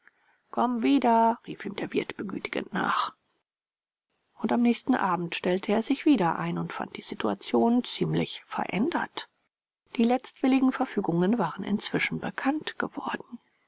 komm wieder rief ihm der wirt begütigend nach und am nächsten abend stellte er sich wieder ein und fand die situation ziemlich verändert die letztwilligen verfügungen waren inzwischen bekannt geworden